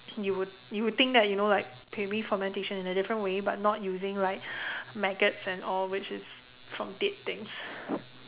you would you would think that you know like maybe fermentation in a different way but not using like maggots and all which is from dead things